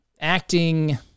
acting